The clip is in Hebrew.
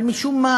אבל משום מה